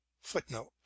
footnote